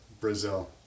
Brazil